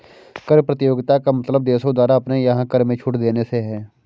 कर प्रतियोगिता का मतलब देशों द्वारा अपने यहाँ कर में छूट देने से है